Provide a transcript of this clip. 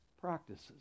practices